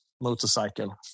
motorcycle